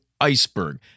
iceberg